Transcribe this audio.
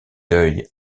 deuil